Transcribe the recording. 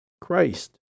Christ